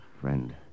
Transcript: Friend